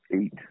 eight